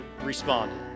responded